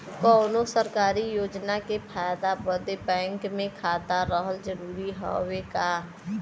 कौनो सरकारी योजना के फायदा बदे बैंक मे खाता रहल जरूरी हवे का?